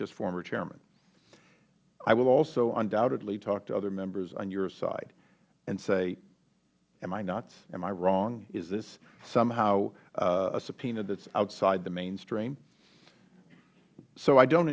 just former chairmen i will also undoubtedly talk to other members on your side and say am i nuts am i wrong is this somehow a subpoena that is outside the mainstream so i don't